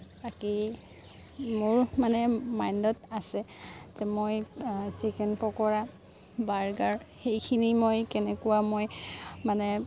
বাকী মোৰ মানে মাইণ্ডত আছে যে মই চিকেন পকৰা বাৰ্গাৰ সেইখিনি মই কেনেকুৱা মই মানে